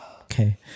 Okay